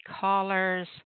callers